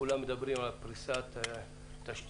כולם מדברים על פריסת תשתיות